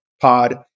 pod